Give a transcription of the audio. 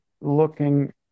looking